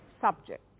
subject